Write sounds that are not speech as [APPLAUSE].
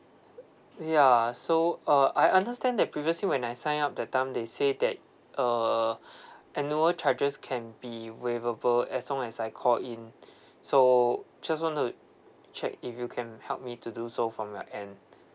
[NOISE] ya so uh I understand that previously when I sign up that time they say that uh [BREATH] annual charges can be waivable as long as I call in [BREATH] so just want to check if you can help me to do so from your end